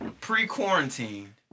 Pre-quarantine